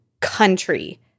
country